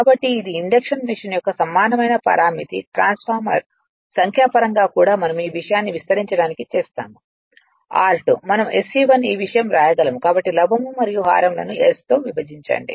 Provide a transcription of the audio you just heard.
కాబట్టి ఇది induction machine యొక్క సమానమైన పరామితి ట్రాన్స్ఫార్మర్ సంఖ్యాపరంగా కూడా మనం ఈ విషయాన్ని విస్తరించడానికి చేస్తాము r2 మనం SE1 ఈ విషయం వ్రాయగలము కాబట్టి లవం మరియు హారం లను s తో విభజించండి